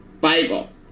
Bible